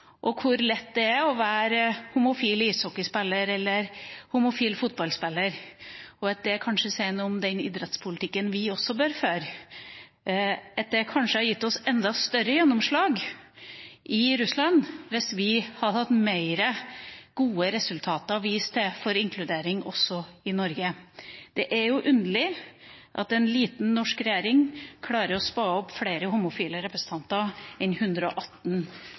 og hvor lett det er å være homofil ishockeyspiller eller homofil fotballspiller i Norge. Kanskje sier det også noe om den idrettspolitikken vi bør føre, og kanskje hadde det gitt oss enda større gjennomslag i Russland hvis vi hadde hatt flere gode inkluderingsresultater å vise til også i Norge. Det er jo underlig at en liten norsk regjering klarer å spa opp flere homofile representanter enn 118